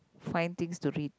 find things to read